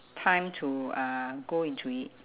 time to uh go into it